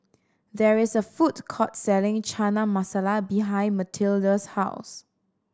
there is a food court selling Chana Masala behind Mathilde's house